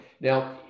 Now